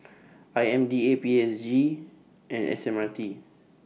I M D A P S G and S M R T